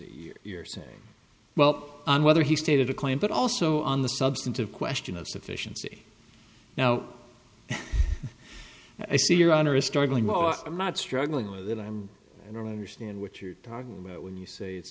y you're saying well on whether he stated a claim but also on the substantive question of sufficiency now i see your honor is struggling or i'm not struggling with it and i don't understand what you're talking about when you say